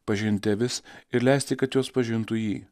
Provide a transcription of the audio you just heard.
pažinti avis ir leisti kad jos pažintų jį